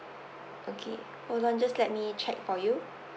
okay hold on just let me check for you